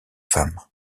femme